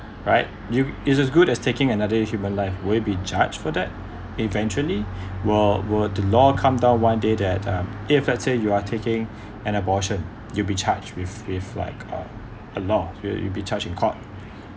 right you is as good as taking another human live will you be judged for that eventually will will the law come down one day that um if let's say you are taking an abortion you'll be charged with with like uh a lot of you'll be charged in court